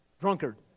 drunkard